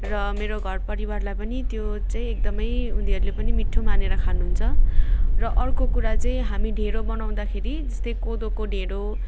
र मेरो घर परिवारलाई पनि त्यो चाहिँ एकदम उनीहरूले पनि मिठो मानेर खानु हुन्छ र अर्को कुरा चाहिँ हामी ढिँडो बनाउँदाखेरि जस्तै कोदोको ढिँडो